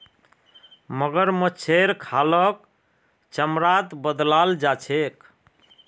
मगरमच्छेर खालक चमड़ात बदलाल जा छेक